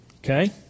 Okay